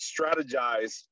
strategize